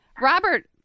Robert